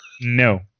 No